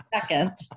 second